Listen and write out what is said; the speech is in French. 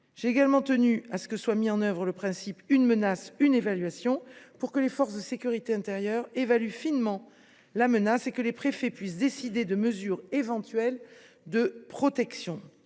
J’ai également tenu à ce que soit mis en œuvre le principe « une menace, une évaluation », pour que les forces de sécurité intérieure évaluent finement la menace et que les préfets puissent décider, le cas échéant, de mesures de protection.